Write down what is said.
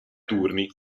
turni